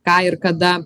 ką ir kada